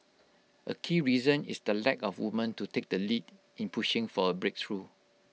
A key reason is the lack of women to take the lead in pushing for A breakthrough